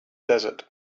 desert